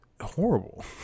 horrible